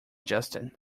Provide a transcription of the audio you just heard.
justin